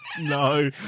No